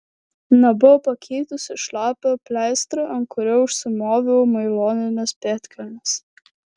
nebuvau pakeitusi šlapio pleistro ant kurio užsimoviau nailonines pėdkelnes